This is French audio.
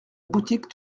boutique